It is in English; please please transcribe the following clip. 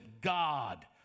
God